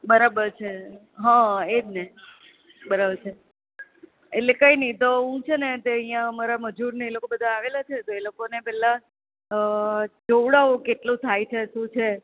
બરાબર છે હા એ જ ને બરાબર છે એટલે કંઈ નહીં તો હું છે તે અહીં મારા મજૂરને એ લોકો આવેલાં છે તો એ લોકોને પહેલાં જોવડાવું કેટલું થાય છે શું છે